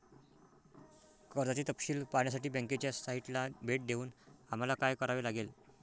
कर्जाचे तपशील पाहण्यासाठी बँकेच्या साइटला भेट देऊन आम्हाला काय करावे लागेल?